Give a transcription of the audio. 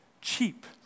cheap